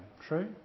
True